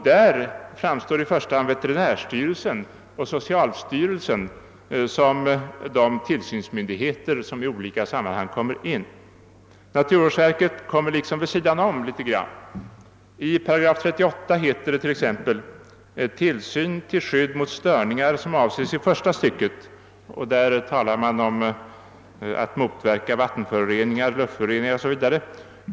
Där framstår i första hand veterinärstyrelsen och socialstyrelsen som de tillsynsmyndigheter som kommer in i olika sammanhang. Naturvårdsverket kommer liksom litet grand vid sidan om. I 38 § i miljöskyddslagen heter det tt.ex. :» Tillsyn till skydd mot störningar som avses i första stycket« — där talar man om att motverka vattenföroreningar, luftföroreningar, 0. s. v.